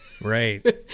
Right